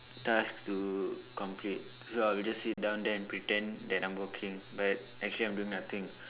task to complete so I'll just sit down there and pretend that I'm working but actually I'm doing nothing